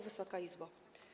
Wysoka Izbo!